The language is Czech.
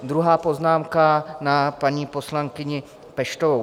Druhá poznámka na paní poslankyni Peštovou.